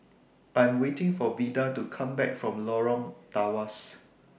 I'm waiting For Vida to Come Back from Lorong Tawas